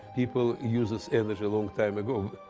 people used this energy a long time ago.